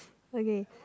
okay